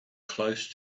close